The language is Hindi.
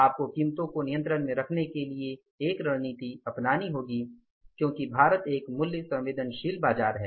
आपको कीमतों को नियंत्रण में रखने के लिए एक रणनीति अपनानी होगी क्योंकि भारत एक मूल्य संवेदनशील बाजार है